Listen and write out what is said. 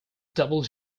double